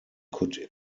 could